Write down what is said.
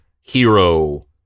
hero